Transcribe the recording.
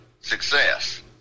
success